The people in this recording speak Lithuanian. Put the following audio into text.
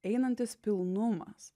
einantis pilnumas